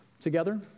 together